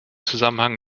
zusammenhang